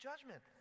judgment